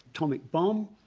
atomic bomb,